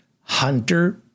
Hunter